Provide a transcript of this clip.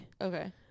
Okay